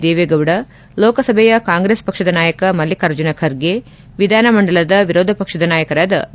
ದೇವೇಗೌಡ ಲೋಕಸಭೆಯ ಕಾಂಗ್ರೆಸ್ ಪಕ್ಷದ ನಾಯಕ ಮಲ್ಲಿ ಕಾರ್ಜುನಖರ್ಗೆ ವಿಧಾನ ಮಂಡಲದ ವಿರೋಧ ಪಕ್ಷದ ನಾಯಕರಾದ ಬಿ